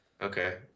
Okay